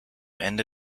ende